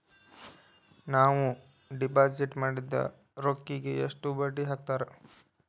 ನಾವು ಡಿಪಾಸಿಟ್ ಮಾಡಿದ ರೊಕ್ಕಿಗೆ ಎಷ್ಟು ಬಡ್ಡಿ ಹಾಕ್ತಾರಾ?